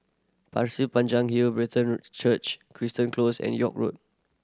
Pasir Panjang Hill Brethren Church Close and York Road